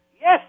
Yes